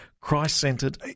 Christ-centered